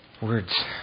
words